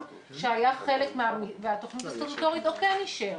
שהיה חלק מהתכנית הסטטוטורית או כן אישר?